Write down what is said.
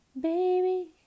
Baby